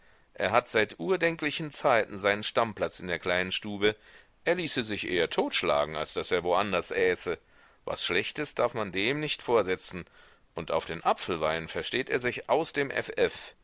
er hat seit urdenklichen zeiten seinen stammplatz in der kleinen stube er ließe sich eher totschlagen als daß er wo anders äße was schlechtes darf man dem nicht vorsetzen und auf den apfelwein versteht er sich aus dem